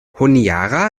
honiara